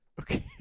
Okay